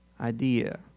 idea